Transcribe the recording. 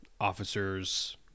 officers